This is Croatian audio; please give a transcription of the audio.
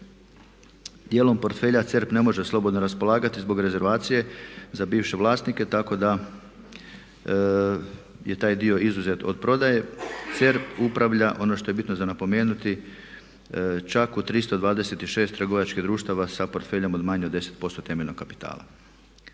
Dijelom portfelja CERP ne može slobodno raspolagati zbog rezervacije za bivše vlasnike, tako da je taj dio izuzet od prodaje. CERP upravlja, ono što je bitno za napomenuti čak u 326 trgovačkih društava sa portfeljom od manje od 10% temeljnog kapitala.